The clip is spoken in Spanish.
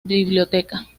biblioteca